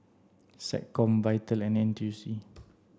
SecCom VITAL and N T U C